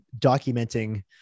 documenting